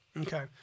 Okay